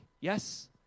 Yes